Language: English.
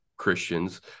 Christians